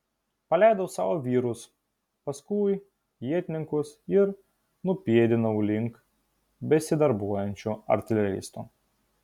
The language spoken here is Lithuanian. paleidau savo vyrus paskui ietininkus ir nupėdinau link besidarbuojančių artileristų